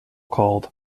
called